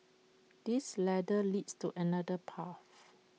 this ladder leads to another path